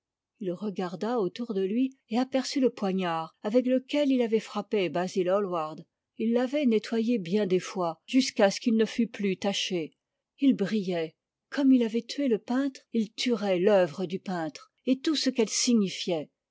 il regarda autour de lui et aperçut le poignard avec lequel il avait frappé basil hallward il l'avait nettoyé bien des fois jusqu'à ce qu'il ne fût plus taché il brillait gomme il avait tué le peintre il tuerait l'œuvre du peintre et tout ce qu'elle signifiait